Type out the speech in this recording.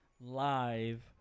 live